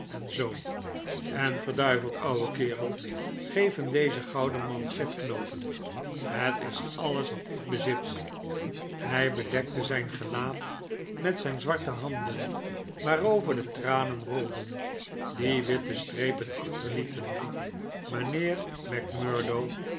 zoo en verduiveld ouwe kerel geef hem deze gouden manchetknoopen het is alles wat ik bezit hij bedekte zijn gelaat met zijn zwarte handen waarover de tranen rolden die witte strepen achterlieten mijnheer macmurdo